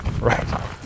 Right